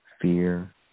fear